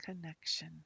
connection